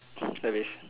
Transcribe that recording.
dah habis